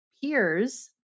peers